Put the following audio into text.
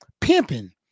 pimping